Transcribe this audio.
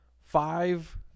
five